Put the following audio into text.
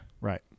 Right